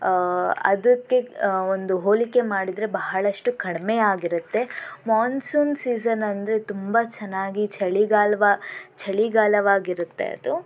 ಅದಕ್ಕೆ ಒಂದು ಹೋಲಿಕೆ ಮಾಡಿದರೆ ಬಹಳಷ್ಟು ಕಡಿಮೆ ಆಗಿರತ್ತೆ ಮಾನ್ಸೂನ್ ಸೀಸನ್ ಅಂದರೆ ತುಂಬ ಚೆನ್ನಾಗಿ ಚಳಿಗಾಲ್ವ ಚಳಿಗಾಲವಾಗಿರುತ್ತೆ ಅದು